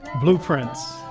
blueprints